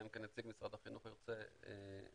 אלא אם כן נציג משרד החינוך ירצה לדבר.